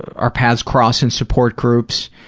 our paths cross in support groups,